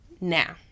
now